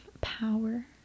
power